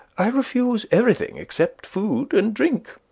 i refuse everything except food and drink.